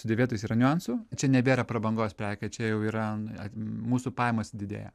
su dėvėtais yra niuansų čia nebėra prabangos prekė čia jau yra mūsų pajamos didėja